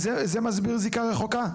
וזה מסביר זיקה רחוקה?